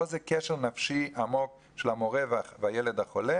כאן זה קשר נפשי עמוק של המורה והילד החולה